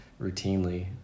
routinely